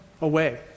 away